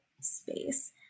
space